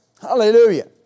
Hallelujah